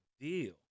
deal